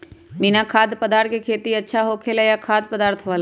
बिना खाद्य पदार्थ के खेती अच्छा होखेला या खाद्य पदार्थ वाला?